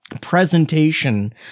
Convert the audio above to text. presentation